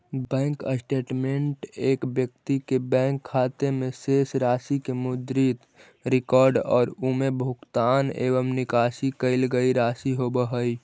bank statement एक व्यक्ति के बैंक खाते में शेष राशि के मुद्रित रिकॉर्ड और उमें भुगतान एवं निकाशी कईल गई राशि होव हइ